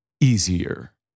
easier